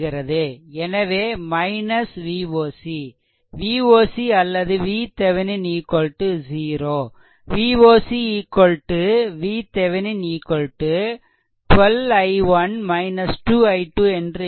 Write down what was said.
எனவே Voc Voc அல்லது VThevenin 0 Voc VThevenin 12 i1 2 i2 என்று எழுதலாம்